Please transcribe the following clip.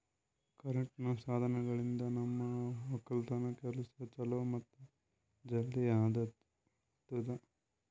ಕರೆಂಟಿನ್ ಸಾಧನಗಳಿಂದ್ ನಮ್ ಒಕ್ಕಲತನ್ ಕೆಲಸಾ ಛಲೋ ಮತ್ತ ಜಲ್ದಿ ಆತುದಾ